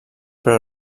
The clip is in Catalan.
però